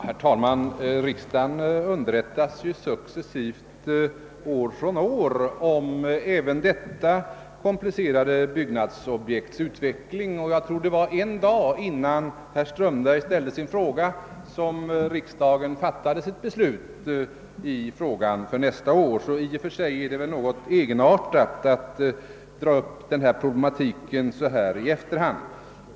Herr talman! Riksdagen underrättas successivt år från år om detta komplicerade byggnadsobjekts utveckling. Jag tror att riksdagen fattade sitt beslut i ärendet för nästa år en dag innan herr Strömberg ställde sin fråga. I och för sig är det då något egenartat att dra upp denna problematik i efterhand.